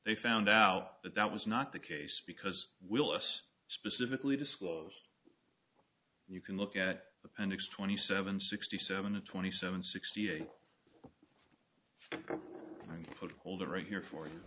they found out that that was not the case because will us specifically disclose and you can look at that and extend the seven sixty seven and twenty seven sixty eight foot hold it right here for you